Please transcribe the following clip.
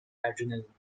adrenaline